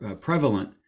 prevalent